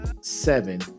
Seven